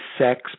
sex